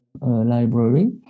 library